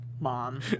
Mom